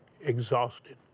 exhausted